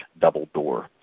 double-door